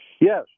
Yes